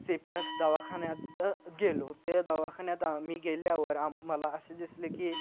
C P R दवाखान्यात गेलो त्या दवाखान्यात आम्ही गेल्यावर आम्हाला असं दिसले की